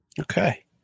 okay